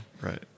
Right